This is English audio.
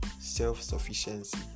Self-sufficiency